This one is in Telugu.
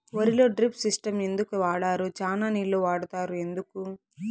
వరిలో డ్రిప్ సిస్టం ఎందుకు వాడరు? చానా నీళ్లు వాడుతారు ఎందుకు?